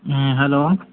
ꯎꯝ hello